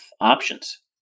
options